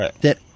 that-